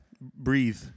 breathe